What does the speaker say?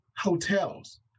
Hotels